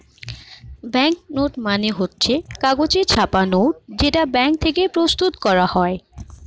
bank note মানে হচ্ছে কাগজে ছাপা নোট যেটা ব্যাঙ্ক থেকে প্রস্তুত করা হয়